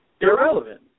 irrelevant